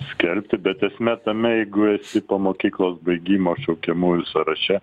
skelbti bet esmė tame jeigu esi po mokyklos baigimo šaukiamųjų sąraše